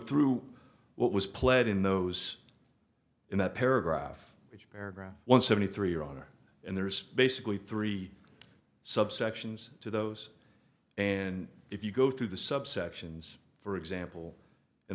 through what was pled in those in that paragraph which paragraph one seventy three your honor and there's basically three subsections to those and if you go through the subsections for example